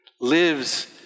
lives